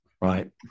Right